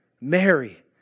Mary